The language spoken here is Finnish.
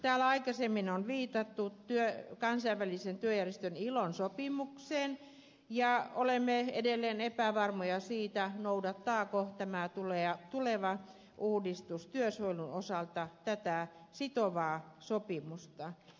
täällä aikaisemmin on viitattu kansainvälisen työjärjestön ilon sopimukseen ja olemme edelleen epävarmoja siitä noudattaako tämä tuleva uudistus työsuojelun osalta tätä sitovaa sopimusta